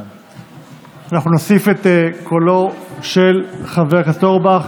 נוסיף את קולו של חבר הכנסת אורבך,